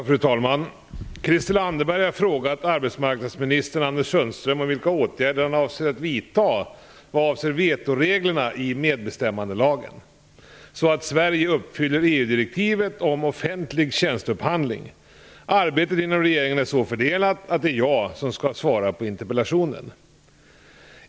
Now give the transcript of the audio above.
Fru talman! Christel Anderberg har frågat arbetsmarknadsminister Anders Sundström om vilka åtgärder han avser att vidta vad avser vetoreglerna i medbestämmandelagen så att Sverige uppfyller EU direktivet om offentlig tjänsteupphandling. Arbetet inom regeringen är så fördelat att det är jag som skall svara på interpellationen.